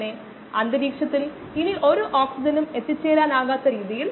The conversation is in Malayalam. അതിനാൽ നമുക്ക് 2 വ്യത്യസ്ത കോശ തരങ്ങളുടെ മിശ്രിതമുള്ളപ്പോൾ ഇത് ഉണ്ടാകാം